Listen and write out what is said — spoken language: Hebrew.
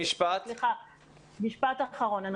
משפט אחרון.